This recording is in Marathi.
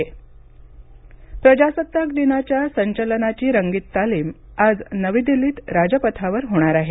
प्रजासत्ताक रंगीत तालीम प्रजासत्ताक दिनाच्या संचलनाची रंगीत तालीम आज नवी दिल्लीत राजपथावर होणार आहे